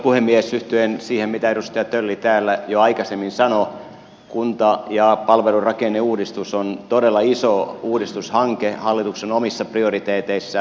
yhtyen siihen mitä edustaja tölli täällä jo aikaisemmin sanoi kunta ja palvelurakenneuudistus on todella iso uudistushanke hallituksen omissa prioriteeteissa